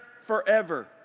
forever